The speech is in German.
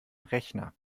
rechner